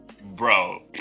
bro